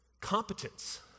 Competence